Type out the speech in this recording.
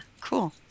cool